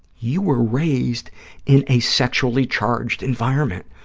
you were raised in a sexually charged environment.